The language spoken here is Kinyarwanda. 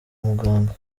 muganga